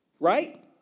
Right